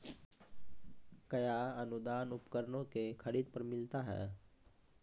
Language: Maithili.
कया अनुदान उपकरणों के खरीद पर मिलता है?